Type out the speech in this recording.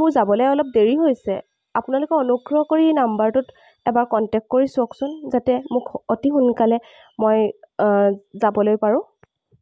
মোৰ যাবলৈ অলপ দেৰি হৈছে আপোনালোকে অনুগ্ৰহ কৰি নম্বৰটোত এবাৰ কণ্টেক্ট কৰি চাওকচোন যাতে মোক অতি সোনকালে মই যাবলৈ পাৰো